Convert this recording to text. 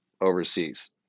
overseas